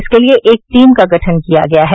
इसके लिए एक टीम का गठन किया गया है